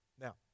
Now